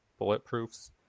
bulletproofs